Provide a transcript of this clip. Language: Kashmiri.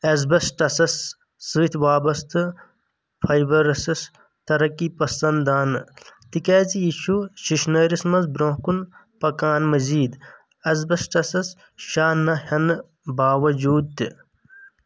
ایسبسٹسس سۭتۍ وابسطہٕ فایِبرسس تَرقی پَسَنٛدانہٕ تِکِیازِ یہِ چھُ شِشنٲرِس مَنٛز برونہہ كٗن پكان مزید اسبسٹسس شاہ نہٕ ہینہٕ باوجوُد تہِ